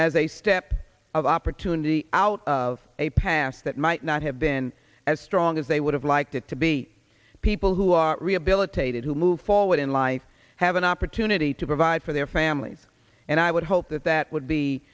as a step of opportunity out of a pass that might not have been as strong as they would have liked it to be people who are rehabilitated who move forward in life have an opportunity to provide for their families and i would hope that that would be